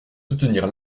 soutenir